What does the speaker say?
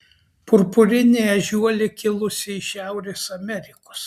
purpurinė ežiuolė kilusi iš šiaurės amerikos